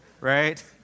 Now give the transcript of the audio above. right